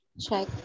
check